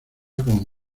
como